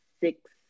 six